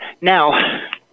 Now